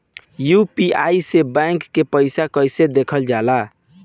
UPI से bank के पैसा कैसे देखल जाला?